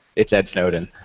it's ed snowden.